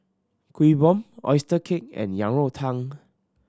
Kuih Bom oyster cake and Yang Rou Tang